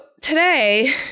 today